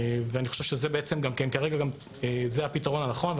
אני חושב שכרגע זה הפיתרון הנכון.